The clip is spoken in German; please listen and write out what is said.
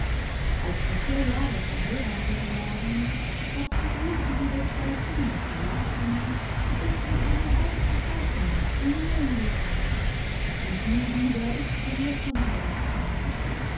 als sie vier jahre verheiratet waren hat sie ihn und ihre zwei kinder verlassen und ist mit einem reichen kaufmann nach indien gegangen und nie wieder ist kimde von ihr gekommen